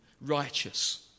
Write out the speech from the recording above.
righteous